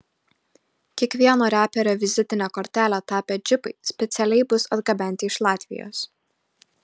kiekvieno reperio vizitine kortele tapę džipai specialiai bus atgabenti iš latvijos